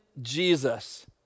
Jesus